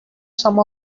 some